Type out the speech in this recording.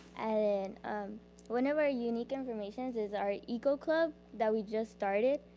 and one of our unique informations is our eagle club that we just started.